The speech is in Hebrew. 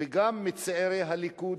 וגם מצעירי הליכוד,